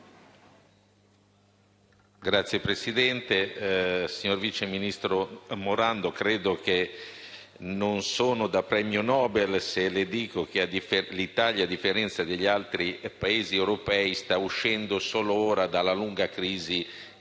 Signor Presidente, signor vice ministro Morando, non credo di essere da premio Nobel se le dico che l'Italia, a differenza degli altri Paesi europei, sta uscendo solo ora dalla lunga crisi